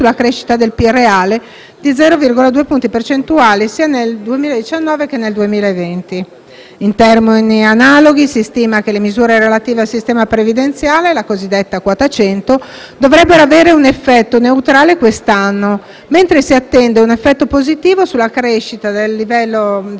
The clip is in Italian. di 0,2 punti percentuali sia nel 2019 che nel 2020. In termini analoghi, si stima che le misure relative al sistema previdenziale (la cosiddetta quota 100) dovrebbero avere un effetto neutrale quest'anno, mentre si attende un effetto positivo sulla crescita del livello del prodotto di 0,1 punti